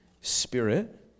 spirit